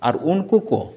ᱟᱨ ᱩᱱᱠᱩ ᱠᱚ